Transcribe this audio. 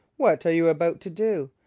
what are you about to do?